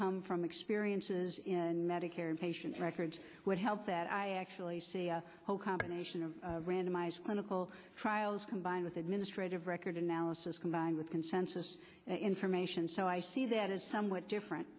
come from experiences in medicare and patient records would help that i actually see a whole combination of randomized clinical trials combined with administrative record analysis combined with consensus information so i see that as somewhat different